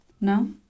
no